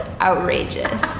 outrageous